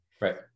Right